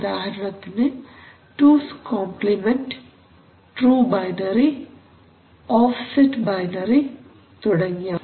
ഉദാഹരണത്തിന് two's complement true binary offset binary തുടങ്ങിയവ